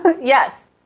yes